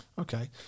Okay